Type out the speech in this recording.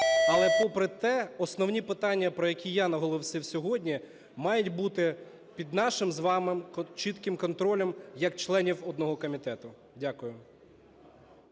але попри те основні питання, про які я наголосив, сьогодні мають бути під нашим з вами чітким контролем, як членів одного комітету. Дякую.